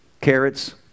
carrots